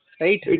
right